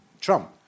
trump